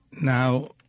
now